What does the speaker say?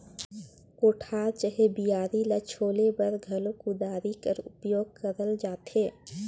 कोठार चहे बियारा ल छोले बर घलो कुदारी कर उपियोग करल जाथे